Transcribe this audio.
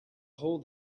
hole